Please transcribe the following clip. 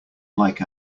like